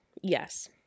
Yes